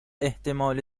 احتمال